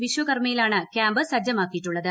വിശ്വകർമ്മയിലാണ് camp സജ്ജമാക്കിയിട്ടുള്ളത്